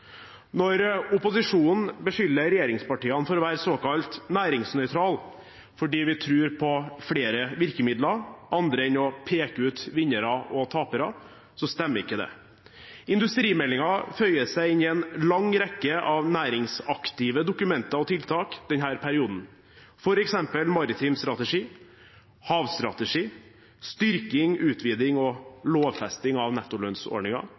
Når opposisjonen beskylder regjeringspartiene for å være såkalt næringsnøytral fordi vi tror på flere virkemidler, andre enn å peke ut vinnere og tapere, så stemmer ikke det. Industrimeldingen føyer seg inn i en lang rekke av næringsaktive dokumenter og tiltak denne perioden, f.eks. en maritim strategi, en havstrategi, styrking, utviding og lovfesting av